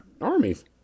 armies